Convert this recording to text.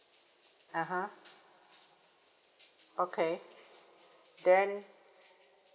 (uh huh) okay then